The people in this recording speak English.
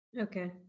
Okay